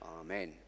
Amen